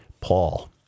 Paul